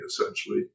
essentially